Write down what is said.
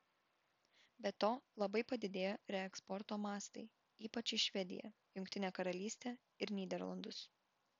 be to labai padidėjo reeksporto mastai ypač į švediją jungtinę karalystę ir nyderlandus